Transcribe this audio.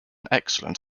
excellent